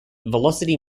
velocity